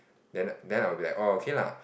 then I will be like oh okay lah